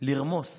לרמוס